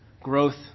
growth